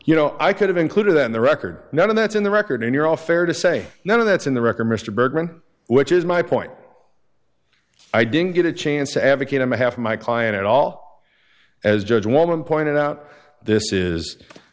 you know i could have included that in the record none of that's in the record and you're all fair to say none of that's in the record mr bergman which is my point i didn't get a chance to advocate on behalf of my client at all as judge woman pointed out this is